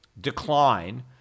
decline